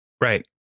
Right